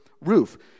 Roof